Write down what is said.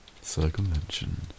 Circumvention